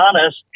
honest